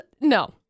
No